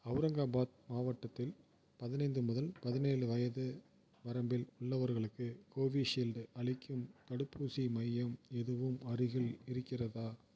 அவுரங்காபாத் மாவட்டத்தில் பதினைந்து முதல் பதினேழு வயது வரம்பில் உள்ளவர்களுக்கு கோவிஷீல்டு அளிக்கும் தடுப்பூசி மையம் எதுவும் அருகில் இருக்கிறதா